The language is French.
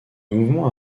mouvement